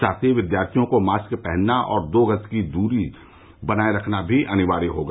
साथ ही विद्यार्थियों को मास्क पहनना और दो गज की सुरक्षित दूरी बनाए रखना भी अनिवार्य होगा